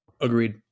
Agreed